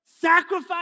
sacrifice